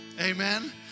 Amen